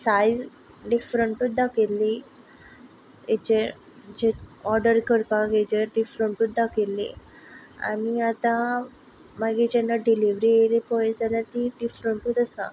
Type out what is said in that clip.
size डिफरंटच दाखयल्ली हाचेर जे ओर्डर करपाक हाचेर डिफरंटच दाखयल्ली आनी आतां मागीर जेन्ना डिलीवरी येली पळय जाल्यार ती डिफरंटत आसा